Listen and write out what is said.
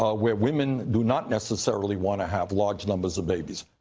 ah where women do not necessarily want to have large numbers of babies.